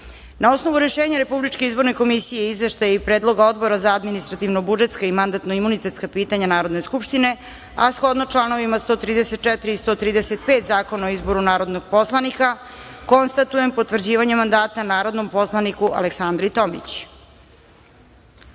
osnovu Rešenja Republičke izborne komisije i Izveštaja i predloga Odbora za administrativno-budžetska i mandatno-imunitetska pitanja Narodne skupštine, a shodno članovima 134. i 135. Zakonu o izboru narodnog poslanika, konstatujem potvrđivanje mandata narodnom poslaniku Aleksandri Tomić. Da